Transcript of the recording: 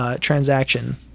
transaction